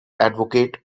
advocate